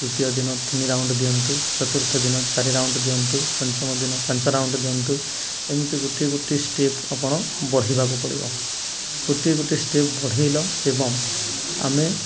ତୃତୀୟ ଦିନ ତିନି ରାଉଣ୍ଡ ଦିଅନ୍ତୁ ଚତୁର୍ଥ ଦିନ ଚାରି ରାଉଣ୍ଡ ଦିଅନ୍ତୁ ପଞ୍ଚମ ଦିନ ପାଞ୍ଚ ରାଉଣ୍ଡ ଦିଅନ୍ତୁ ଏମିତି ଗୋଟିଏ ଗୋଟିଏ ଷ୍ଟେପ୍ ଆପଣ ବଢ଼େଇବାକୁ ପଡ଼ିବ ଗୋଟିଏ ଗୋଟିଏ ଷ୍ଟେପ୍ ବଢ଼େଇଲ ଏବଂ ଆମେ